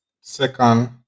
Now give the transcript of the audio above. second